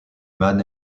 man